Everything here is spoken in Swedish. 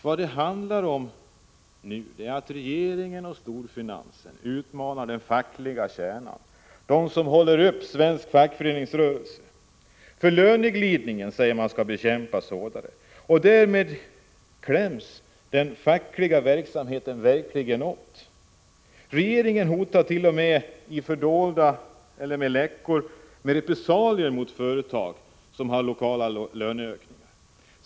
Vad det handlar om nu är att regeringen och storfinansen utmanar den fackliga kärnan, dem som håller upp svensk fackföreningsrörelse. Löneglidningen skall bekämpas hårdare, säger man. Därmed kläms den fackliga verksamheten åt. Enligt vad som läckt ut ämnar regeringen t.o.m. hota med repressalier mot företag där det sker lokala löneökningar.